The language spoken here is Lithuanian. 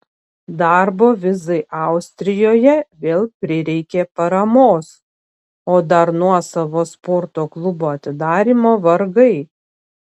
darbo vizai austrijoje vėl prireikė paramos o dar nuosavo sporto klubo atidarymo vargai